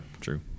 True